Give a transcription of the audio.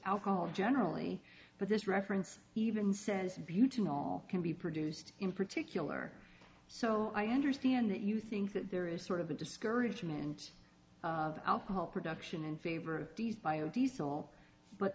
alcohol generally but this reference even says beautiful can be produced in particular so i understand that you think that there is sort of a discouragement alcohol production in favor of these bio diesel but